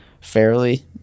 fairly